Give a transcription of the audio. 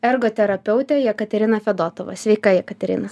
ergoterapeutė jekaterina fedotova sveika jekaterina